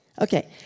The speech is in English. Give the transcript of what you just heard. Okay